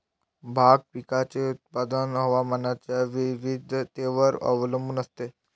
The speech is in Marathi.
भाग पिकाचे उत्पादन हवामानाच्या विविधतेवर अवलंबून असते